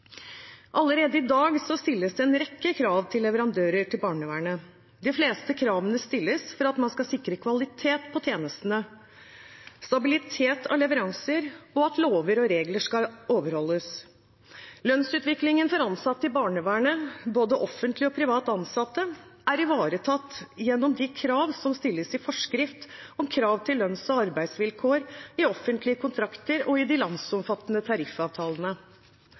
Allerede i dag stilles det en rekke krav til leverandører til barnevernet. De fleste kravene stilles for at man skal sikre kvalitet på tjenestene og stabilitet i leveransene og at lover og regler overholdes. Lønnsutviklingen for ansatte i barnevernet, både offentlig og privat ansatte, er ivaretatt gjennom de kravene som stilles i forskrift om krav til lønns- og arbeidsvilkår i offentlige kontrakter og i de landsomfattende tariffavtalene.